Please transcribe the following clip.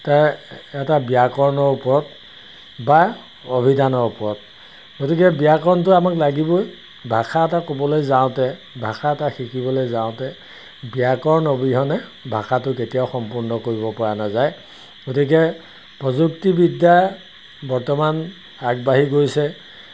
তাৰ এটা ব্যাকৰণৰ ওপৰত বা অভিধানৰ ওপৰত গতিকে ব্যাকৰণটো আমাক লাগিবই ভাষা এটা ক'বলৈ যাওঁতে ভাষা এটা শিকিবলৈ যাওঁতে ব্যাকৰণ অবিহনে ভাষাটো কেতিয়াও সম্পূৰ্ণ কৰিব পৰা নাযায় গতিকে প্ৰযুক্তিবিদ্যা বৰ্তমান আগবাঢ়ি গৈছে